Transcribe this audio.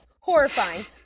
Horrifying